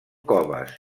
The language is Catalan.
coves